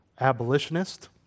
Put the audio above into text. abolitionist